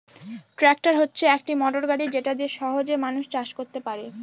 tractor হচ্ছে একটি motor গাড়ি যেটা দিয়ে সহজে মানুষ চাষ করতে পারে